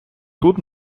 тут